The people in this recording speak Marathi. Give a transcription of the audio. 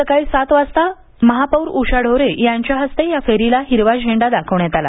सकाळी सात वाजता महापौर उषा ढोरे यांच्या हस्ते या फेरीला हिरवा झेंडा दाखवण्यात आला